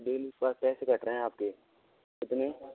daily पर पैसे cut रहे हैं आपके कितने